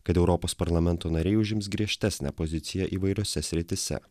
kad europos parlamento nariai užims griežtesnę poziciją įvairiose srityse